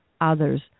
others